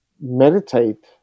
meditate